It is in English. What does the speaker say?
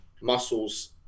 muscles